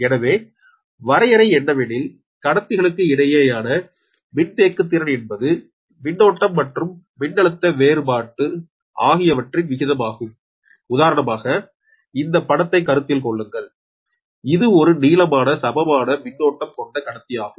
எனவே வரையறை என்னவெனில் கடத்திகளுக்கு இடையேயான மின்தேக்குத் திறன் என்பது மின்னோட்டம் மற்றும் மின்னழுத்த வேறுபாடு அகையவற்றின் விகிதமாகும் உதாரணமாக இந்த படத்தை கருத்தில் கொள்ளுங்கள் இது ஒரு நீளமான சமமான மின்னோட்டம் கொண்ட கடத்தி ஆகும்